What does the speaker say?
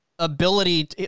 ability